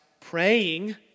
praying